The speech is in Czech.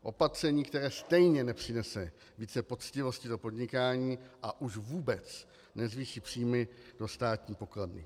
Opatření, které stejně nepřinese více poctivosti do podnikání, a už vůbec nezvýší příjmy do státní pokladny.